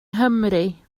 nghymru